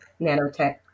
nanotech